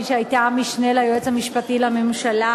מי שהיתה המשנה ליועץ המשפטי לממשלה,